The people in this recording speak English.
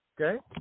Okay